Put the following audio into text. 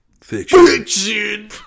Fiction